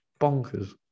bonkers